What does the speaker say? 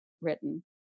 written